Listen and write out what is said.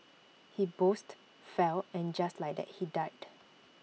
he boozed fell and just like that he died